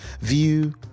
view